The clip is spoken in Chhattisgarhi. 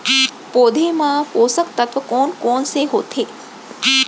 पौधे मा पोसक तत्व कोन कोन से होथे?